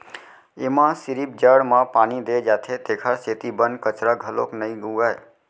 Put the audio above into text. एमा सिरिफ जड़ म पानी दे जाथे तेखर सेती बन कचरा घलोक नइ उगय